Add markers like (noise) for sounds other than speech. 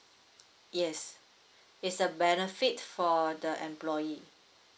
yes (breath) it's a benefit for the employee